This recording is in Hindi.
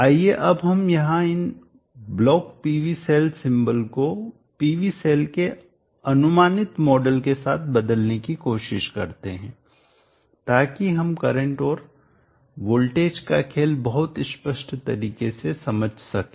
आइए अब हम यहां इन ब्लॉक PV सेल सिंबल को PV सेल के अनुमानित मॉडल के साथ बदलने की कोशिश करते हैं ताकि हम करंट और वोल्टेज का खेल बहुत स्पष्ट तरीके से समझ सकें